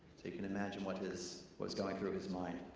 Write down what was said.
you can imagine what was was going through his mind.